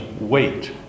weight